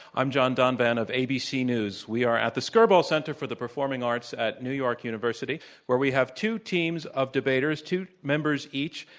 i'm john donvan of abc news. we are at the skirball center for the performing arts at new york university where we have two teams of debaters, two members each.